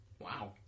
Wow